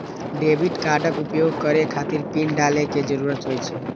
debit कार्डक उपयोग करै खातिर पिन डालै के जरूरत होइ छै